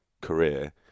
career